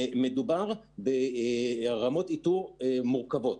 מדובר ברמות איתור מורכבות.